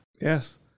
Yes